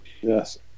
Yes